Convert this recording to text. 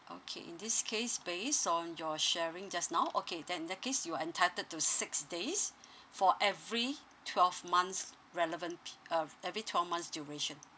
okay in this case based on your sharing just now okay then in that case you are entitled to six days for every twelve months relevant pe~ uh every twelve months duration